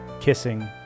kissing